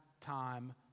time